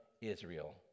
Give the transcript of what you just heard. israel